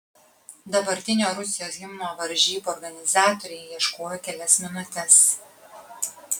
dabartinio rusijos himno varžybų organizatoriai ieškojo kelias minutes